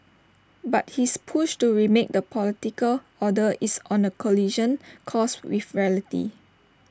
but his push to remake the political order is on A collision course with reality